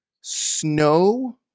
snow